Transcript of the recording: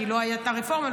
כי לא הייתה הרפורמה,